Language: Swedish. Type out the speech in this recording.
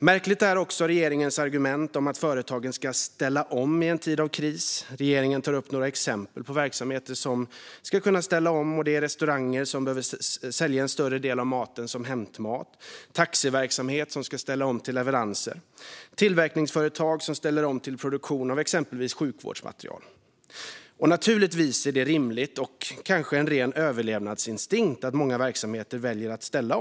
Märkligt är även regeringens argument om att företagen ska "ställa om" i en tid av kris. Regeringen tar upp några exempel på verksamheter som skulle kunna ställa om: "restauranger som behöver sälja en större del av maten som hämtmat", "taxiverksamhet som kan ställa om till leveranser" och "tillverkningsföretag som ställer om till produktion av exempelvis sjukvårdsmaterial". Naturligtvis är det rimligt att många verksamheter väljer att ställa om. Det kanske görs av ren överlevnadsinstinkt.